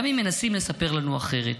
גם אם מנסים לספר לנו אחרת: